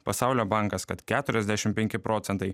pasaulio bankas kad keturiasdešim penki procentai